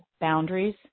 boundaries